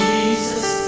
Jesus